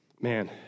Man